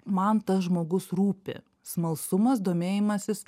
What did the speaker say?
man tas žmogus rūpi smalsumas domėjimasis